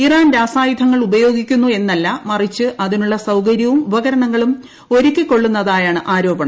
Iran രാസായുധങ്ങൾ ഉപയോഗിക്കുന്നു എന്നല്ല മിറച്ച് അതിനുള്ള സൌകര്യവും ഉപകരണങ്ങളും ഒരുക്കിക്കൊള്ളുന്നതായാണ് ആരോപണം